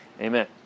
Amen